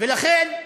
ולכן אמרתי,